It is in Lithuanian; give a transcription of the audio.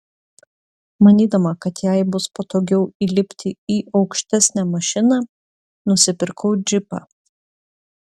manydama kad jai bus patogiau įlipti į aukštesnę mašiną nusipirkau džipą